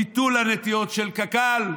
ביטול הנטיעות של קק"ל,